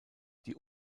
die